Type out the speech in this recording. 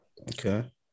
Okay